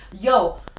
Yo